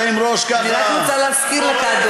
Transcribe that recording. אתה עם ראש ככה, אני רוצה להזכיר לך,